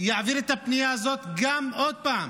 יעביר את הפנייה הזאת עוד פעם,